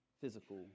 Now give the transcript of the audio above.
physical